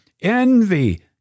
Envy